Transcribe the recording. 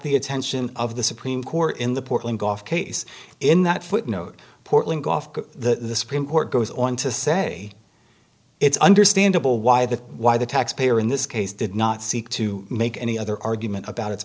the attention of the supreme court in the portland off case in that footnote portland off the supreme court goes on to say it's understandable why that why the taxpayer in this case did not seek to make any other argument about it